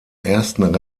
ersten